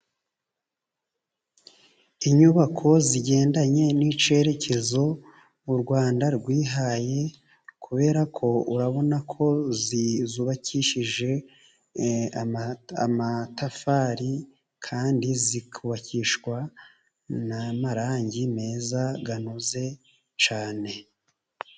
Inyubako zigendanye n'icyerekezo u Rwanda rwihaye, kubera ko urabona ko zubakishije amatafari, kandi zikubakishwa n'amarangi meza, anoze cyane.